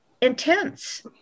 intense